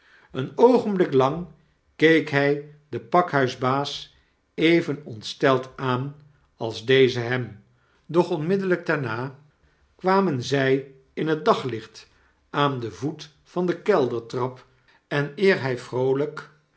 een oogenblik lang keek hij den pakhuisbaas even ontsteld aan als deze hem doch onmiddellijk daarna kwamen zij in het daglicht aan den voet van de keldertrap en eer hy vroolyk